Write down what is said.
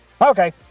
Okay